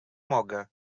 mogę